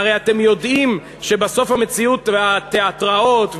והרי אתם יודעים שבסוף המציאות והתיאטראות,